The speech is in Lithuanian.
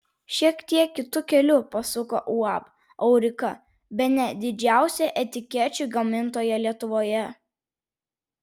šiek tiek kitu keliu pasuko uab aurika bene didžiausia etikečių gamintoja lietuvoje